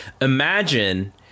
imagine